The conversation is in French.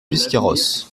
biscarrosse